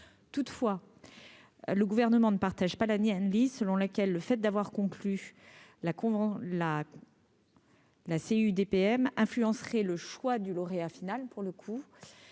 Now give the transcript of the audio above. toutefois, le gouvernement ne partage pas l'année Anne-Lise selon laquelle le fait d'avoir conclu la convention là. La CUD PM influencerait le choix du lauréat final pour le coup,